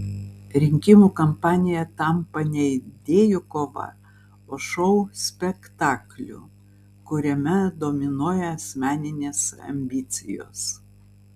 rinkimų kampanija tampa ne idėjų kova o šou spektakliu kuriame dominuoja asmeninės ambicijos